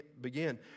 begin